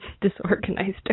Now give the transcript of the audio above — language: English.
disorganized